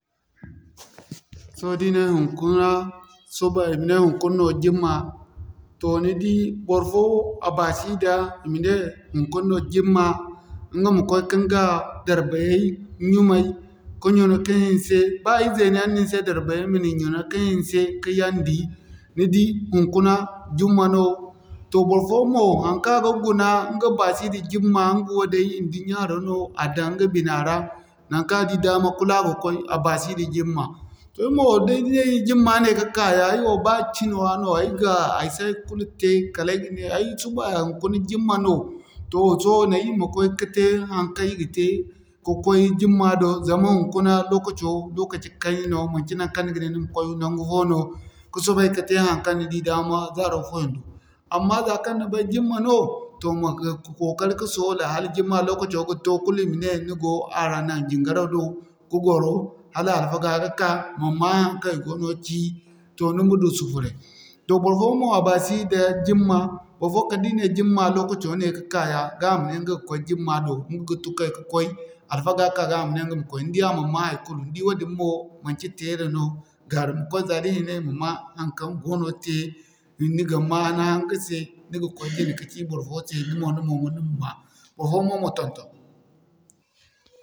Sohõ da i ne hiŋkuna suba i ma ne hiŋkuna no Jumaa toh ni di barfo a basi nda i ma ne hiŋkuna Jumaa ɲga ma koy ka ɲga darbay ɲumay, ka ɲuna ka hinse ba izeno yaŋ no ni se darbayay ma ni ɲuna ka hinse, ka yandi. Ni di hiŋkuna Jumaa no, toh barfoyaŋ mo haŋkaŋ a ga guna, ɲga baasi nda Jumaa ɲga wo day idunya haro no a daŋ ɲga bina ra naŋkaŋ a di dama kulu a ma koy a basi nda Jumaa. Toh ay mo da ay di Jumaa no ga ka ya, ay wo ba cino ra no ay ga ay si haikulu te kala ay gane, suba hiŋkuna Jumaa no nan i ma koy kate haŋkaŋ ir ga te ka koy Jumaa do zama hiŋkuna lokaco, lokaci kayna no manci naŋkaŋ ni ga ne ni ma koy naŋgu fo no ka sobay ka te haŋkaŋ ni di dama zaaro foyando. Amma za kaŋ ni bay Jumaa no, toh ma kookari ka soola hala Jumaa lokaco ga toh kulu i ma ne ɲga go a ra naŋ jiŋgaray do toh kookari ka soola hala Jumaa lokaco ga toh kulu i ma ne ni go ara nan jiŋgaray do ka gwaro hala alfaga ga ka. Ma'ma haŋkaŋ i go no ci, ni ma du sufuray. Tob barfoyaŋ mo a basi nda Jumaa, barfo kala da i ne Jumaa lokaco ne ga ka yaa ga a ma ne ɲga ga koy Jumaa do. Ɲga ga tun kay ka koy, alfaga ka ga ama ne ɲga ma koy ni di a man ma haikulu, ni di wadin mo manci teera no kaarum koy za da hinay ma ma haŋkaŋ goono tey ni di ni ga ma ni haŋga se ni ga koy jine ka ci barfo se ni mo ni ma'ma barfoyaŋ mo ma ton-ton.